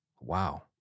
Wow